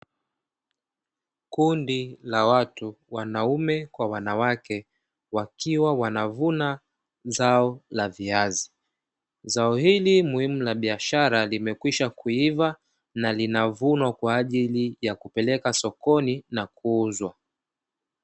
Kundi la watu wanaume kwa wanawake, wakiwa wanavuna zao la viazi. Zao hili muhimu la biashara limekwisha kuiva na linavunwa kwa ajili ya kupeleka sokoni na kuuzwa.